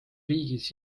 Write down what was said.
riigis